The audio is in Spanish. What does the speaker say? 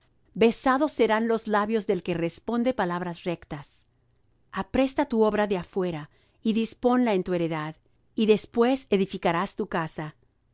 besados serán los labios del que responde palabras rectas apresta tu obra de afuera y disponla en tu heredad y después edificarás tu casa